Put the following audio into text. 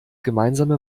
gemeinsame